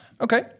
Okay